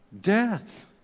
death